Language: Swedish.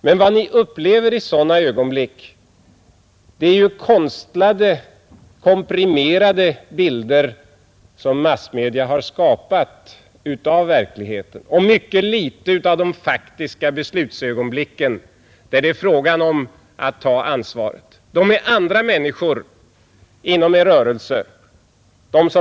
Men vad Ni upplever i sådana ögonblick är ju konstruerade, komprimerade bilder som massmedia har skapat av verkligheten och mycket litet av de faktiska beslutsögonblicken, där det är fråga om att ta ansvaret. Det är andra människor inom Er rörelse som träffar besluten.